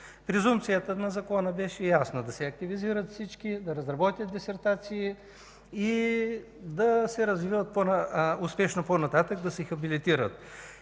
Презумпцията на Закона беше ясна – да се активизират всички, да разработят дисертации и да се развиват успешно по-нататък – да се хабилитират.